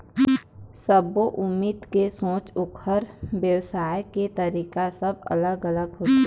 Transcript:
सब्बो उद्यमी के सोच, ओखर बेवसाय के तरीका सब अलग अलग होथे